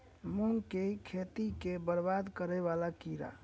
मूंग की खेती केँ बरबाद करे वला कीड़ा?